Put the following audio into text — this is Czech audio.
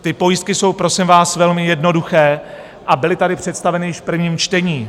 Ty pojistky jsou, prosím vás, velmi jednoduché a byly tady představeny již v prvním čtení.